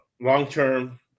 long-term